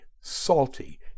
salty